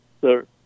sir